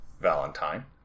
Valentine